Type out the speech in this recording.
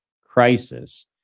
crisis